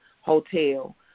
hotel